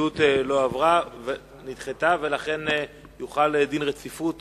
ההתנגדות נדחתה ולכן יוחל דין רציפות